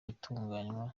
gutunganywa